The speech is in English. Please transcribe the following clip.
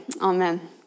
Amen